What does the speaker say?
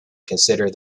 consider